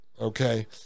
okay